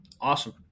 Awesome